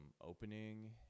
opening